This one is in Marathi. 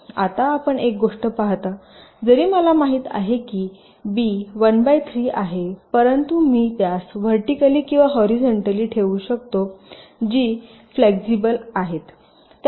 आता आपण एक गोष्ट पाहता जरी मला माहित आहे की बी 1 बाय 3 आहे परंतु मी त्यास व्हर्टीकली किंवा हॉरीझॉनटली ठेवू शकतो जी फ्लेक्सिबलता आहे